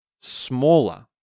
smaller